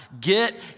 Get